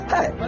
Hey